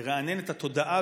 לרענן את התודעה,